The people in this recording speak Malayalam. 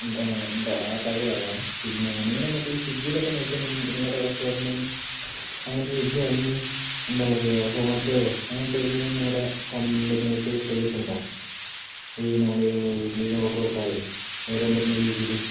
ഉണ്ട് ഉണ്ടോ ആ കാര്യവും അറിയണം പിന്നെ നിങ്ങൾ മറ്റേ സ്വിഗ്ഗിയിൽ ഒക്കെ നോക്കി നിങ്ങടെ റെസ്റ്റോറൻറ്റ് എന്ന് അങ്ങനത്തെ സ്വിഗ്ഗയോ അല്ലെങ്കിൽ എന്താ പറയുക സോമറ്റോയോ അങ്ങനെ ഏതെങ്കിലും നിങ്ങടെ കമ്പനിയായിട്ട് ടൈ അപ്പ് ഉണ്ടോ ഈ നമ്മൾ ഈ വീട്ടിൽ ഇരുന്ന് ഓർഡർ കൊടുത്താൽ വരാൻ പറ്റുന്ന രീതിയില്